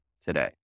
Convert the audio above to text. today